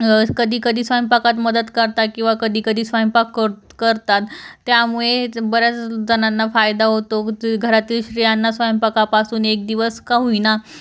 कधीकधी स्वयंपाकात मदत करतात किंवा कधीकधी स्वयंपाक कर करतात त्यामुळेच बऱ्याच जणांना फायदा होतो घरातील स्त्रियांना स्वयंपाकापासून एक दिवस का होईना